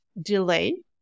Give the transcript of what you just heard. delay